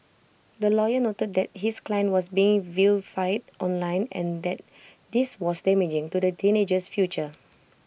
the lawyer noted that his client was being vilified online and that this was damaging to the teenager's future